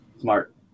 Smart